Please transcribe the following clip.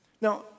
Now